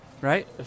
right